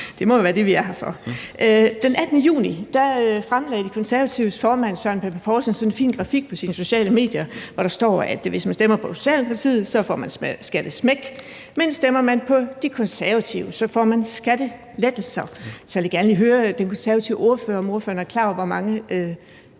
det må vel være det, vi er her for. Den 18. juni lagde De Konservatives formand, Søren Pape Poulsen, sådan en fin grafik ud på sine sociale medier, hvor der står, at hvis man stemmer på Socialdemokratiet, får man skattesmæk, men at hvis man stemmer på De Konservative, får man skattelettelser. Så jeg vil gerne høre den konservative ordfører, om ordføreren er klar over, hvor mange